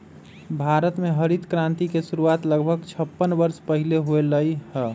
भारत में हरित क्रांति के शुरुआत लगभग छप्पन वर्ष पहीले होलय हल